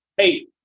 hey